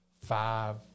five